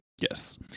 Yes